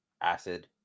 acid